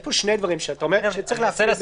יש פה שני דברים שאתה אומר, שצריך לשים לב.